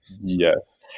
yes